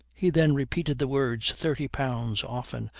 he then repeated the words thirty pounds often,